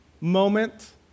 moment